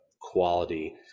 quality